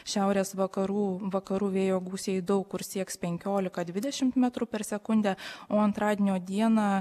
šiaurės vakarų vakarų vėjo gūsiai daug kur sieks penkiolika dvidešimt metrų per sekundę o antradienio dieną